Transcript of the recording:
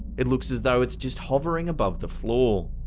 it looks as though it's just hovering above the floor.